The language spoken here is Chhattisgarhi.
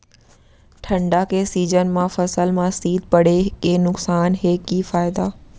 ठंडा के सीजन मा फसल मा शीत पड़े के नुकसान हे कि फायदा?